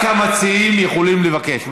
רק המציעים יכולים לבקש אחרת.